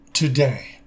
Today